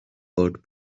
old